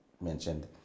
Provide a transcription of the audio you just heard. mentioned